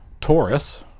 Taurus